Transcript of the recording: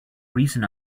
reason